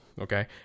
okay